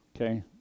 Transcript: Okay